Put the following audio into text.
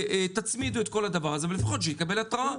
תצמידו את כל הדבר הזה ולפחות שיקבל התראה,